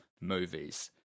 movies